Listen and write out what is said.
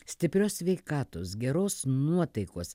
stiprios sveikatos geros nuotaikos